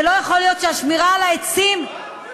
ולא יכול להיות שהשמירה על העצים תגרום,